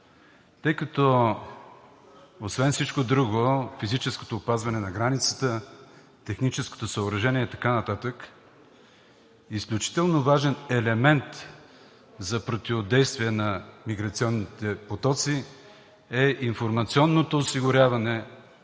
тъй като освен всичко друго, физическото опазване на границата, техническото съоръжение и така нататък, изключително важен елемент за противодействие на миграционните потоци е информационното осигуряване